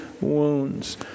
wounds